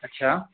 اچھا